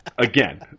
Again